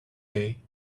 day